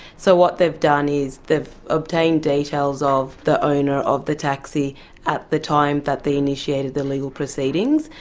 so what they've done is they've obtained details of the owner of the taxi at the time that they initiated the legal proceedings,